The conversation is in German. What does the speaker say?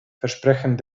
versprechen